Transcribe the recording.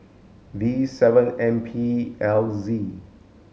V seven M P L Z